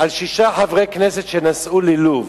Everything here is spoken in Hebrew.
על שישה חברי כנסת שנסעו ללוב,